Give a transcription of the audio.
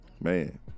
Man